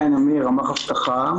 אני ממערך אבטחה.